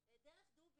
רהט,